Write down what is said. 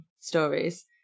stories